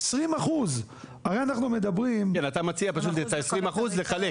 20%. כן, אתה מציע פשוט את ה-20% לחלק.